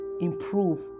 improve